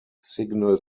signal